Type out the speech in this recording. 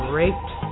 raped